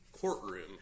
courtroom